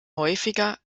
häufiger